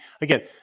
again